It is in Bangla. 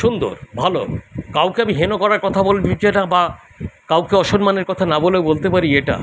সুন্দর ভালো কাউকে আমি হেন করার কথা বলবিছে না বা কাউকে অসন্মানের কথা না বলে বলতে পারি এটা